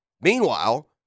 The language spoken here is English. Meanwhile